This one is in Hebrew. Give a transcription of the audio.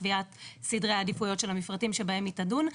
קביעת סדרי עדיפויות של המפרטים בהם היא תדון.